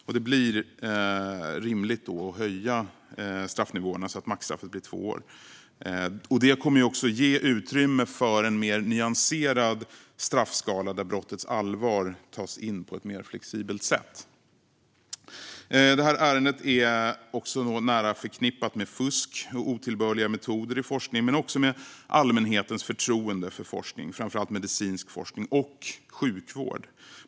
Därför är det rimligt att höja straffnivåerna så att maxstraffet blir två år. Det kommer också att ge utrymme för en mer nyanserad straffskala där brottets allvar kan tas in på ett mer flexibelt sätt. Ärendet är nära förknippat med fusk och otillbörliga metoder i forskning men också med allmänhetens förtroende för forskning, framför allt medicinsk forskning och sjukvård.